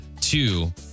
two